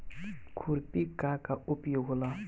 खुरपी का का उपयोग होला?